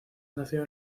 nació